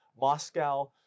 Moscow